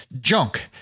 junk